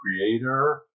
creator